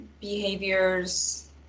behaviors